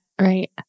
right